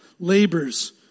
Labors